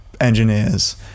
engineers